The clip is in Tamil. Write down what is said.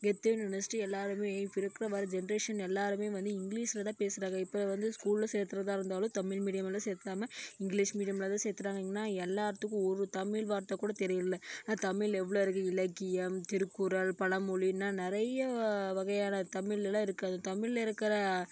கெத்துன்னு நெனைச்சிட்டு எல்லோருமே இப்போ இருக்கிற மாதிரி ஜென்ரேஷன் எல்லோருமே வந்து இங்கிலீஷில் தான் பேசுகிறாங்க இப்போ வந்து ஸ்கூலில் சேத்துறதா இருந்தாலும் தமிழ் மீடியமெல்லாம் சேத்தாம இங்கிலீஷ் மீடியமில் தான் சேத்துறாங்க என்ன எல்லோர்த்துக்கும் ஒரு தமிழ் வார்த்தைக்கூட தெரியலை ஆனால் தமிழில் எவ்வளோ இருக்குது இலக்கியம் திருக்குறள் பலமொழின்னா நெறையா வகையான தமிழ் எல்லாம் இருக்குது அது தமிழில் இருக்கிற